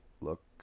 look